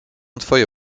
twoje